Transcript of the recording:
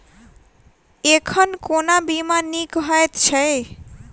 एखन कोना बीमा नीक हएत छै?